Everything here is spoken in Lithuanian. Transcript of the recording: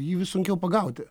jį vis sunkiau pagauti